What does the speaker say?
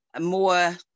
more